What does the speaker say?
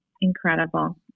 Incredible